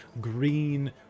green